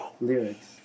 Lyrics